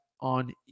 on